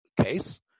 case